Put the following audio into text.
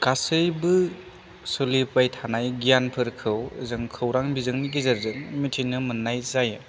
गासैबो सोलिबाय थानाय गियानफोरखौ जों खौरां बिजोंनि गेजेरजों मिन्थिनो मोननाय जायो